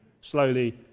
slowly